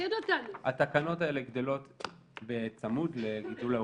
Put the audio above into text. התקנות האלה גדול בצמוד לגידול האוכלוסייה.